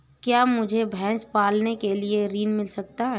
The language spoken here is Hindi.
क्या मुझे भैंस पालने के लिए ऋण मिल सकता है?